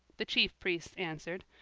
the chief priests answered,